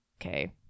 Okay